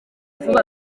vuba